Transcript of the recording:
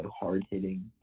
hard-hitting